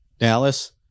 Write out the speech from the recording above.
Dallas